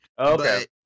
Okay